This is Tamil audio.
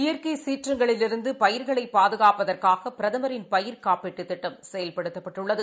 இயற்கைசீற்றங்களிலிருந்துபயிர்களைபாதுகாப்பதற்காகபிரதமாின் பயிர் காப்பீட்டுதிட்டம் செயல்படுத்தப்பட்டுள்ளது